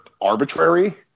arbitrary